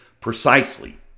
precisely